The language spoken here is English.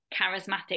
charismatic